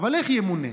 אבל איך ימונה?